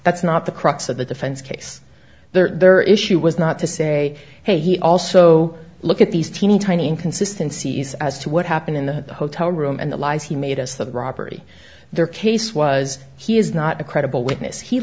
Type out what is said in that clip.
that's not the crux of the defense case their issue was not to say hey he also look at these teeny tiny inconsistency is as to what happened in the hotel room and the lies he made us the robbery their case was he is not a credible witness he